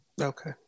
Okay